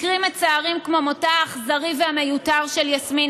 מקרים מצערים כמו מותה האכזרי והמיותר של יסמין